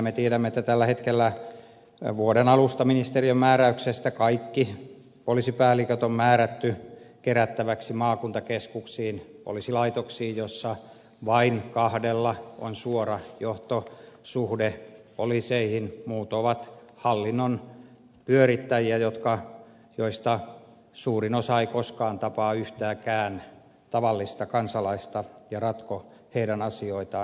me tiedämme että tällä hetkellä vuoden alusta lähtien ministeriön määräyksestä kaikki poliisipäälliköt on määrätty kerättäväksi maakuntakeskuksiin poliisilaitoksiin joissa vain kahdella on suora johtosuhde poliiseihin muut ovat hallinnon pyörittäjiä joista suurin osa ei koskaan tapaa yhtäkään tavallista kansalaista ja ratko heidän asioitaan